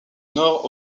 nord